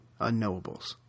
unknowables